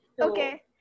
Okay